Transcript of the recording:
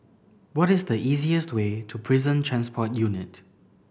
what is the easiest way to Prison Transport Unit